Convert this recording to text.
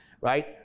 right